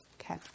Okay